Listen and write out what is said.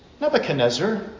Nebuchadnezzar